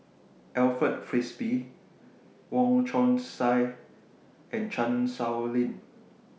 Alfred Frisby Wong Chong Sai and Chan Sow Lin